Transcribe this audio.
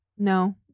No